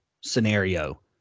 scenario